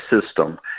system